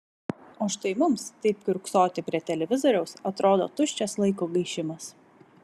o štai mums taip kiurksoti prie televizoriaus atrodo tuščias laiko gaišimas